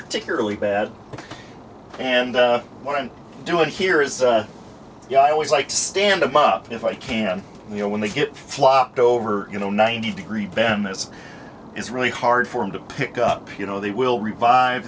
particularly bad and what i'm doing here is you know i always like stand them up if i can you know when they get flopped over you know ninety degree bend this is really hard for him to pick up you know they will revive